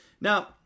Now